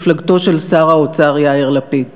מפלגתו של שר האוצר יאיר לפיד: